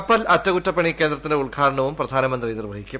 കപ്പൽ അറ്റക്കുറ്റപ്പണി കേന്ദ്രത്തിന്റെ ഉദ്ഘാടനവും പ്രധാനമന്ത്രി നിർവ്വഹിക്കും